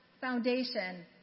Foundation